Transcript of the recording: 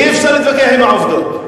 אי-אפשר להתווכח עם העובדות.